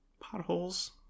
potholes